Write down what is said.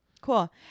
Cool